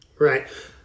Right